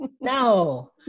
No